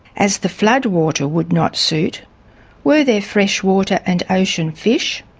as the flood water would not suit were there freshwater and ocean fish?